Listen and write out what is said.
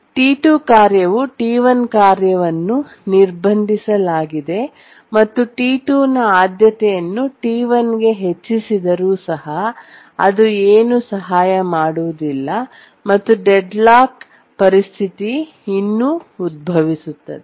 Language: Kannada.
T2 ಕಾರ್ಯವು T1 ಕಾರ್ಯವನ್ನು ನಿರ್ಬಂಧಿಸಲಾಗಿದೆ ಮತ್ತು T2 ನ ಆದ್ಯತೆಯನ್ನು T1 ಗೆ ಹೆಚ್ಚಿಸಿದರೂ ಸಹ ಅದು ಏನು ಸಹಾಯ ಮಾಡುವುದಿಲ್ಲ ಮತ್ತು ಡೆಡ್ಲಾಕ್ ಪರಿಸ್ಥಿತಿ ಇನ್ನೂ ಉದ್ಭವಿಸುತ್ತದೆ